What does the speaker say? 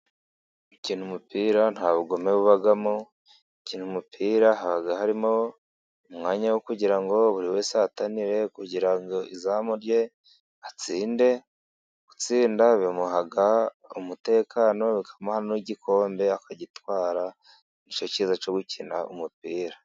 Gukina umupira nta bugome bubamo, gukina umupira haba harimo umwanya wo kugira ngo buri wese ahatanire kugira ngo izamu rye atsinde, gutsinda bimuha umutekano bikamuha n'igikombe akagitwara, ni cyo cyiza cyo gukina umupira.